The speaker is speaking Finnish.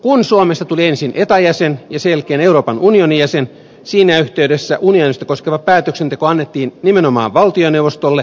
kun suomesta tuli ensin etan jäsen ja sen jälkeen euroopan unionin jäsen siinä yhteydessä unionia koskeva päätöksenteko annettiin nimenomaan valtioneuvostolle